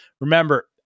Remember